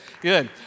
good